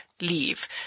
leave